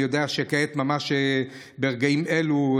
אני יודע שכעת, ממש ברגעים אלו,